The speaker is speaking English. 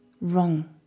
wrong